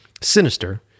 sinister